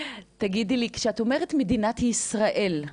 תגידי לי, כשאת אומרת מדינת ישראל,